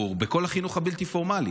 תגבור בכל החינוך הבלתי-פורמלי,